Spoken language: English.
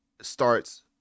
starts